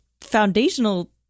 foundational